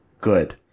good